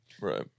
Right